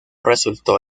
resultó